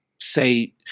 say